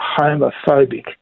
homophobic